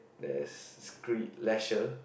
there is screed leather